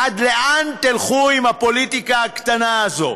עד לאן תלכו עם הפוליטיקה הקטנה הזאת?